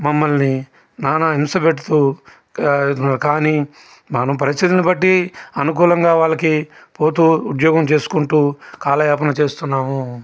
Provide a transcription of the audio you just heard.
మమ్మల్ని నానా హింస పెడుతూ కానీ మన పరిస్థితిని బట్టి అనుకూలంగా వాళ్ళకి పోతూ ఉద్యోగం చేసుకుంటూ కాలయాపన చేస్తున్నాము